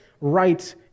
right